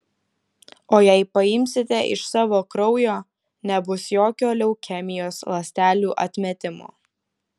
o jei paimsite iš savo kraujo nebus jokio leukemijos ląstelių atmetimo